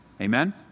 Amen